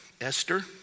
Esther